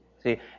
See